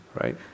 right